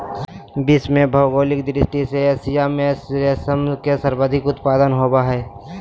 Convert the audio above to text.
विश्व में भौगोलिक दृष्टि से एशिया में रेशम के सर्वाधिक उत्पादन होबय हइ